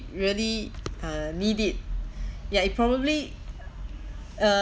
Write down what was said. really uh need it ya it probably